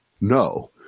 no